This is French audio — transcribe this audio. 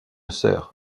sœur